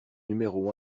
numéro